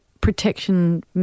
protection